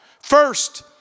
First